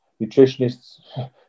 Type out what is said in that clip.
nutritionists